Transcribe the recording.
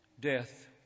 Death